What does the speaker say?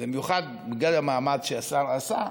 במיוחד בגלל המאמץ שהשר עשה,